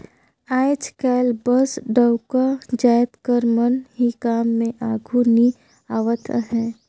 आएज काएल बस डउका जाएत कर मन ही काम में आघु नी आवत अहें